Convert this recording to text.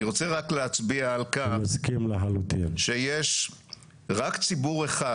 אני רוצה רק להצביע על כך שיש רק ציבור אחד